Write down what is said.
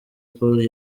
col